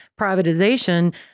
privatization